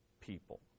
people